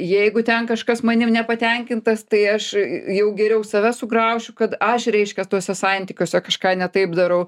jeigu ten kažkas manim nepatenkintas tai aš jau geriau save sugraušiu kad aš reiškias tuose santykiuose kažką ne taip darau